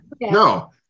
no